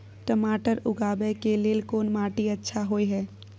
टमाटर उगाबै के लेल कोन माटी अच्छा होय है?